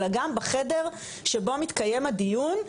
אלא גם בחדר שבו מתקיים הדיון,